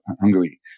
Hungary